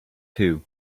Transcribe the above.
too